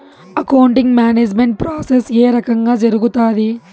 accounting management process ఏ రకంగా జరుగుతాది